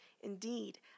Indeed